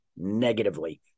negatively